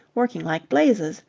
working like blazes.